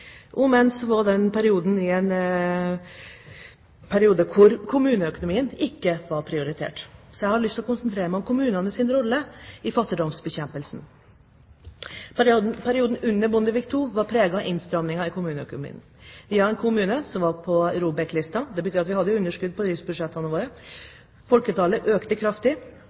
var i en periode da kommuneøkonomien ikke var prioritert, så jeg har lyst til å konsentrere meg om kommunenes rolle i fattigdomsbekjempelsen. Perioden under Bondevik II var preget av innstramminger i kommuneøkonomien. Vi var en kommune som var på ROBEK-listen. Det betyr at vi hadde underskudd på driftsbudsjettene våre. Folketallet økte kraftig,